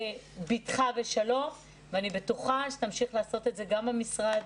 ביטחה ושלום ואני בטוחה שתמשיך לעשות את זה גם במשרד.